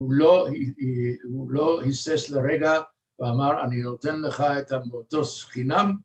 ‫הוא לא הסס לרגע ואמר, ‫אני נותן לך את המטוס חינם.